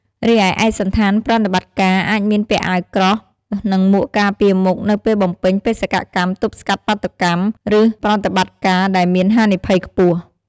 រីឯឯកសណ្ឋានប្រតិបត្តិការ អាចមានពាក់អាវក្រោះ និងមួកការពារមុខ នៅពេលបំពេញបេសកកម្មទប់ស្កាត់បាតុកម្ម ឬប្រតិបត្តិការដែលមានហានិភ័យខ្ពស់។